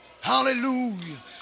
Hallelujah